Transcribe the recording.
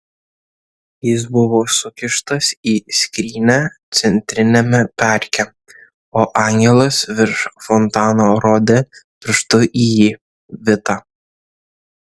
jis buvo sukištas į skrynią centriniame parke o angelas virš fontano rodė pirštu į jį vitą